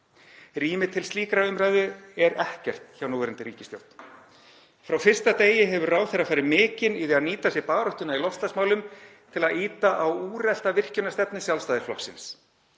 Rými til slíkrar umræðu er ekkert hjá núverandi ríkisstjórn. Frá fyrsta degi hefur ráðherra farið mikinn í því að nýta sér baráttuna í loftslagsmálum til að ýta á úrelta virkjunarstefnu Sjálfstæðisflokksins.